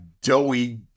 doughy